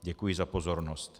Děkuji za pozornost.